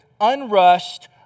unrushed